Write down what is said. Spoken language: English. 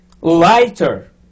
lighter